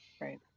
Right